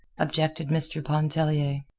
objected mr. pontellier.